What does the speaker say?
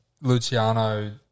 Luciano